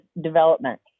development